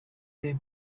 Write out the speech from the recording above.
they